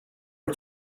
are